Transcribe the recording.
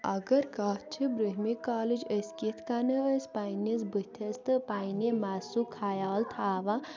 اگر کَتھ چھِ برٛونٛہِمہِ کالٕچ أسۍ کِتھ کٔنٮ۪تھ ٲسۍ پنٛنِس بٔتھِس تہٕ پنٛنہِ مَسُک خیال تھاوان